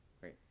Great